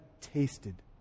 tasted